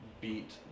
beat